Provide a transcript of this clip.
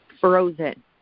frozen